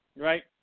right